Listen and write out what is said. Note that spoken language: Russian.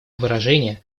выражение